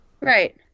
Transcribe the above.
right